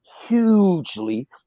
hugely